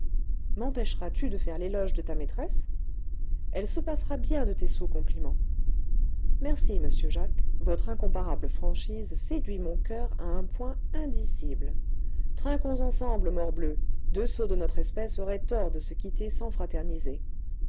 mempêcheras tu de faire l'éloge de ta maîtresse elle se passera bien de tes sots compliments merci monsieur jacques votre incomparable franchise séduit mon coeur à un point indicible trinquons ensemble morbleu deux sots de notre espèce auraient tort de se quitter sans fraterniser